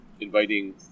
inviting